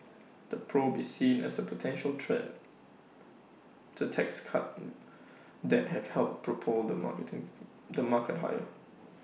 the probe is seen as A potential threat to tax cut that have helped propel the marketing the market higher